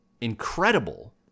incredible